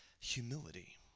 humility